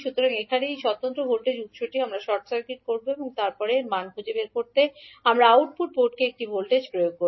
সুতরাং এখানে এই স্বতন্ত্র ভোল্টেজ উত্সটি আমরা শর্ট সার্কিট করব এবং তারপরে এর মান খুঁজে বের করতে আমরা আউটপুট পোর্ট একটি ভোল্টেজ প্রয়োগ করব